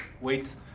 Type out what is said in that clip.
Wait